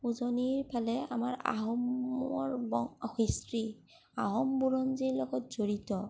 উজনিৰ ফালে আমাৰ আহোমৰ হিষ্ট্ৰী আহোম বুৰঞ্জীৰ লগত জড়িত